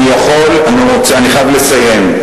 חייב לסיים.